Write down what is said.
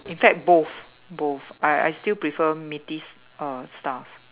in fact both both I I still prefer meaty uh stuff